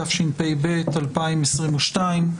התשפ"ב-2022.